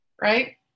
right